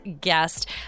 guest